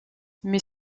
mais